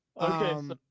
Okay